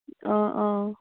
অ' অ'